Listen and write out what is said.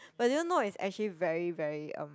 but do you know it's actually very very um